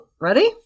Ready